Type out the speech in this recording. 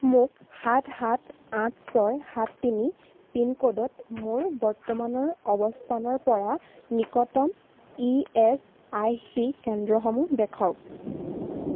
মোক সাত সাত আঠ ছয় সাত তিনি পিনক'ডত মোৰ বৰ্তমানৰ অৱস্থানৰপৰা নিকটতম ই এচ আই চি কেন্দ্ৰসমূহ দেখাওক